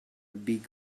big